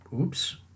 oops